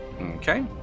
Okay